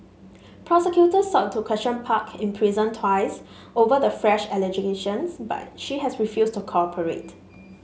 prosecutors sought to question Park in prison twice over the fresh allegations but she has refused to cooperate